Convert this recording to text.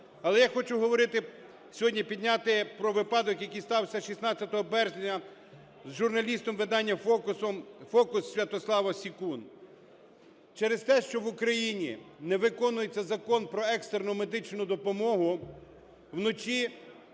Але я хочу говорити, сьогодні підняти про випадок, який стався 16 березня з журналістом видання "Фокус" Святославом Секуновим. Через те, що в Україні не виконується Закон "Про екстрену медичну допомогу" вночі